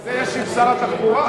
זה ישיב שר התחבורה,